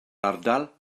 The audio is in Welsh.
ardal